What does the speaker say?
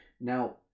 Now